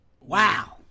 Wow